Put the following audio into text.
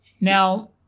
Now